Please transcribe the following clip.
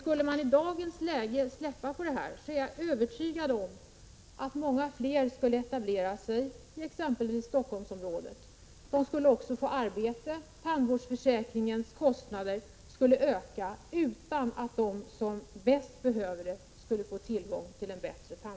Skulle man i dagens läge släppa på etableringskontrollen är jag övertygad om att många fler skulle etablera sig i exempelvis i Stockholmsområdet. De skulle få arbete där, och tandvårdsförsäkringens kostnader skulle öka utan att de som bäst behöver en bättre tandvård skulle få tillgång till en sådan.